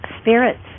Spirits